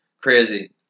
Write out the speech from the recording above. Crazy